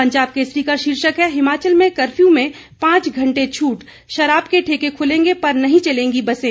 पंजाब केसरी का शीर्षक है हिमाचल में कफ्यू में पांच घंटे छूट शराब के ठेके खुलेंगे पर नहीं चलेंगी बसें